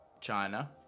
China